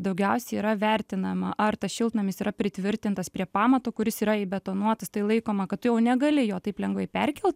daugiausiai yra vertinama ar tas šiltnamis yra pritvirtintas prie pamato kuris yra įbetonuotas tai laikoma kad tu jau negali jo taip lengvai perkelt